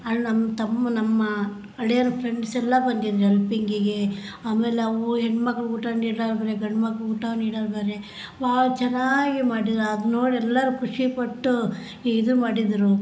ಅಲ್ಲಿ ನಮ್ಮ ತಮ್ಮ ನಮ್ಮ ಅಳಿಯರ ಫ್ರೆಂಡ್ಸೆಲ್ಲ ಬಂದಿದ್ರು ಹೆಲ್ಪಿಂಗಿಗೆ ಆಮೇಲೆ ಅವು ಹೆಣ್ಮಗ್ಳು ಊಟ ನೀಡವ್ರು ಬೇರೆ ಗಂಡ್ಮಕ್ಳು ಊಟ ನೀಡವ್ರು ಬೇರೆ ವಾವ್ ಚೆನ್ನಾಗಿ ಮಾಡಿರು ಅದು ನೋಡಿ ಎಲ್ಲರೂ ಖುಷಿಪಟ್ಟು ಇದು ಮಾಡಿದ್ದರು